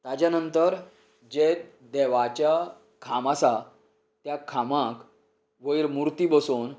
ताच्या नंतर जे देवाच्या खांब आसा त्या खांबाक वयर मुर्ती बसोवन